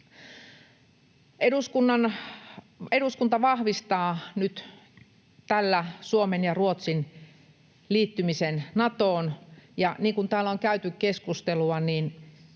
Eduskunta vahvistaa nyt tällä Suomen ja Ruotsin liittymisen Natoon, ja niin kuin täällä on käyty keskustelua, on